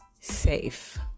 safe